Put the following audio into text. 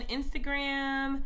Instagram